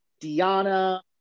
diana